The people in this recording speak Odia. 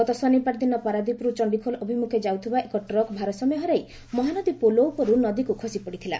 ଗତ ଶନିବାର ଦିନ ପାରାଦ୍ୱୀପରୁ ଚଣ୍ଣିଖୋଲ ଅଭିମୁଖେ ଯାଉଥିବା ଏକ ଟ୍ରକ୍ ଭାରସାମ୍ୟ ହରାଇ ମହାନଦୀ ପୋଲ ଉପରୁ ନଦୀକୁ ଖସି ପଡିଥିଲା